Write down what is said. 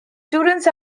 students